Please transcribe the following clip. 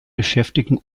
beschäftigen